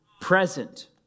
present